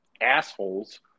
assholes